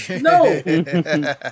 No